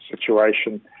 situation